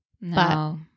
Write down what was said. No